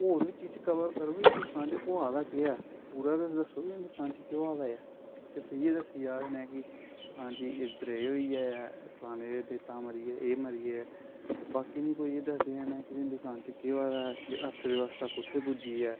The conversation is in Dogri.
होऱ बी चीज कवर करो हिंदुस्तान च होआ दा केह् ऐ पूर तुस दस्सो कि हिंदुस्तान च केह् होआ दा ऐ सिर्फ इ'यै दस्सी जा दे न कि हां जी इद्धर एह् होई गेआ ऐ फलाने दे ते तां मरी गे एह् मरी गे बाकी मीं कोई एह् दसदे हे निं कि हिंदुस्तान च केह् होआ दा अर्थब्यबस्था कुत्थें पुज्जी ऐ